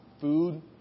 food